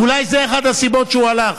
אולי זו אחת הסיבות שהוא הלך.